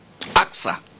AXA